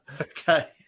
Okay